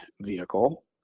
vehicle